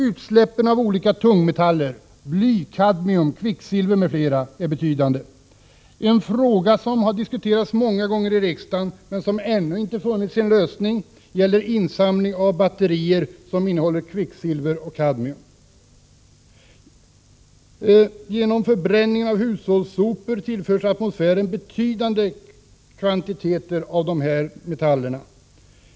Utsläppen av olika tungmetaller som bly, kadmium och kvicksilver är betydande. En fråga som har diskuterats många gånger i riksdagen, men som ännu inte har funnit sin lösning, gäller insamling av batterier som innehåller kvicksilver och kadmium. Genom förbränning av hushållssopor tillförs atmosfären betydande kvantiteter av dessa metaller.